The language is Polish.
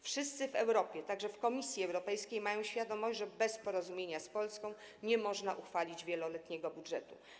Wszyscy w Europie, także w Komisji Europejskiej, mają świadomość, że bez porozumienia z Polską nie można uchwalić wieloletniego budżetu.